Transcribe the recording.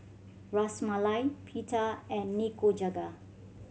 Ras Malai Pita and Nikujaga